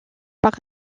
par